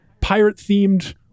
pirate-themed